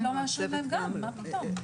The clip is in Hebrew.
צוות לא מאשרים להם גם, מה פתאום.